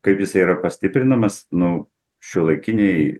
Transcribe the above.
kaip jisai yra pastiprinamas nu šiuolaikiniai